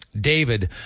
David